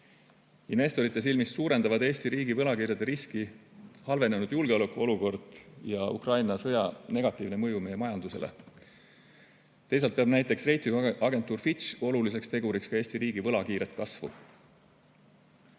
Investorite silmis suurendavad Eesti riigi võlakirjade riski halvenenud julgeolekuolukord ja Ukraina sõja negatiivne mõju meie majandusele. Teisalt peab näiteks reitinguagentuur Fitch oluliseks teguriks ka Eesti riigivõla kiiret